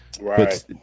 right